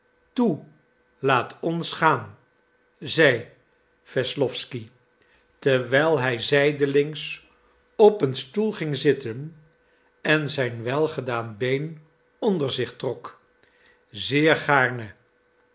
toe laat ons gaan zei wesslowsky terwijl hij zijdelings op een stoel ging zitten en zijn welgedaan been onder zich trok zeer gaarne